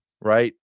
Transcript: right